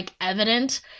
evident